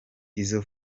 izo